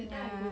ya